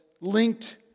linked